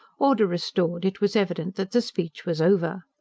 order restored, it was evident that the speech was over.